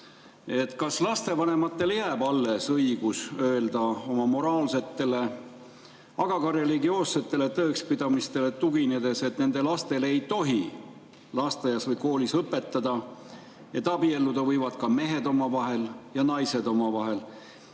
Kas lastevanematele jääb alles õigus öelda oma moraalsetele, aga ka religioossetele tõekspidamistele tuginedes, et nende lastele ei tohi lasteaias või koolis õpetada, et abielluda võivad ka mehed omavahel ja naised omavahel,